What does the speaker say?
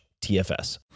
TFS